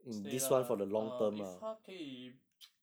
stay lah ah if 他可以